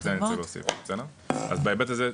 אז בהיבט הזה,